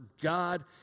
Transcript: God